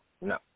No